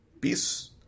peace